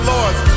Lords